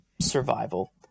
survival